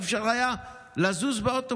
לא היה אפשר לזוז באוטובוס.